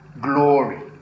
glory